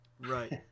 Right